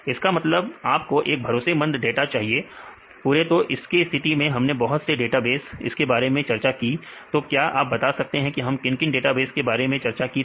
इसका मतलब आप को एक भरोसेमंद डाटा चाहिए पूरे तो इस स्थिति में हमने बहुत से डेटाबेस इसके बारे में चर्चा की तो क्या आप बता सकते हैं कि हमने किन किन डेटाबेस के बारे में चर्चा की थी